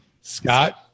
Scott